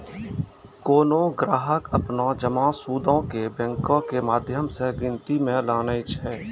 कोनो ग्राहक अपनो जमा सूदो के बैंको के माध्यम से गिनती मे लानै छै